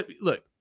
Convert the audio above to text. look